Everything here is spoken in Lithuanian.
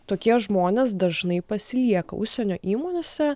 tokie žmonės dažnai pasilieka užsienio įmonėse